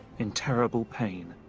in terrible pain,